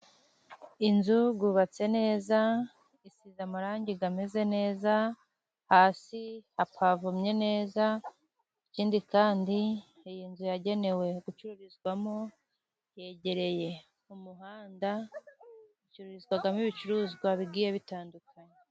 Inzu yubatse neza， isize amarangi amezeze neza，hasi hapavomye neza， ikindi kandi iyi nzu yagenewe gucururizwamo， yegereye umuhanda ucurizwamo ibicuruzwa bigiye bitandukanye.